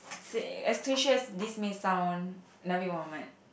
say as cliche as this may sound Nabi-Muhammad